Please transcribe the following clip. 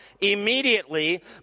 immediately